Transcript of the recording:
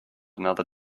another